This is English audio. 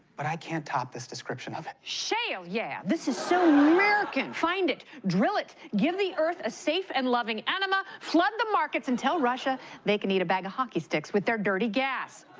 but i can't top this description of it. shale yeah! this is so american! find it, drill it, give the earth a safe and loving enema, flood the markets and tell russia they can eat a bag of hockey sticks with their dirty gas.